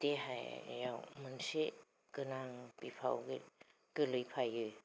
देहायाव मोनसे गोनां बिखायाव बे गोलैफायो